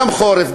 גם בחורף,